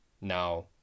now